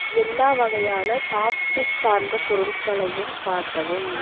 எல்லா வகையான சாப்ஸ்டிக்ஸ் சார்ந்த பொருட்களையும் காட்டவும்